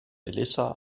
melissa